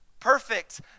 perfect